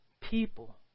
people